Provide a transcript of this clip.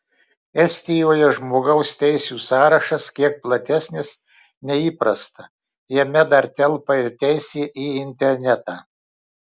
estijoje žmogaus teisių sąrašas kiek platesnis nei įprasta jame dar telpa ir teisė į internetą